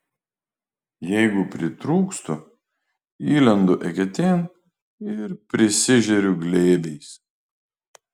jeigu pritrūkstu įlendu eketėn ir prisižeriu glėbiais